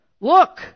Look